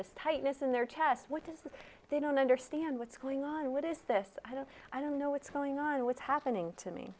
this tightness in their test what they don't understand what's going on what is this i don't i don't know what's going on what's happening to me